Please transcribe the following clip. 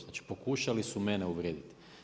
Znači pokušali su mene uvrijediti.